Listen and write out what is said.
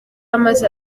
amaze